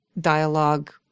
dialogue